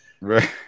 Right